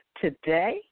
today